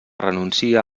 renuncia